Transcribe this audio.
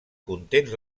contents